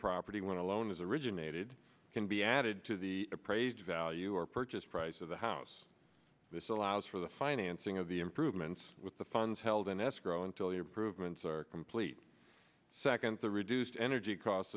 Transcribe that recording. property when alone as originated can be added to the appraised value or purchase price of the house this allows for the financing of the improvements with the funds held in escrow until you prove ment's are complete second the reduced energy costs